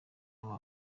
aba